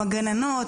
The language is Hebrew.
הגננות,